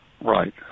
Right